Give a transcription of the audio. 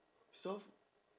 so